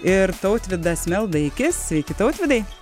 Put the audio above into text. ir tautvydas meldaikis sveiki tautvydai